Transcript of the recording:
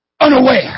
unaware